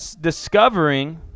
discovering